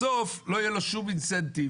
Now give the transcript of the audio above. בסוף לא יהיה לו שום אינסנטיב,